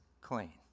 clean